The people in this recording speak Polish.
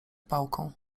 pałką